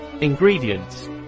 ingredients